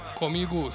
comigo